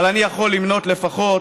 אבל אני יכול למנות לפחות,